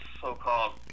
so-called